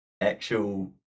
actual